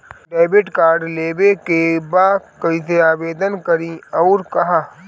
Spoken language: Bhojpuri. डेबिट कार्ड लेवे के बा कइसे आवेदन करी अउर कहाँ?